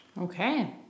Okay